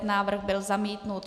Návrh byl zamítnut.